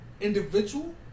individual